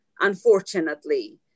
unfortunately